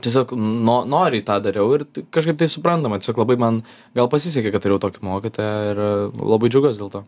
tiesiog no noriai tą dariau ir t kažkaip tai suprantama tiesiog labai man gal pasisekė kad turėjau tokį mokytoją ir labai džiaugiuosi dėl to